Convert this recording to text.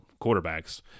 quarterbacks